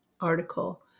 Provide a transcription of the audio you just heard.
article